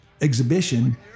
exhibition